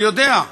אני יודע,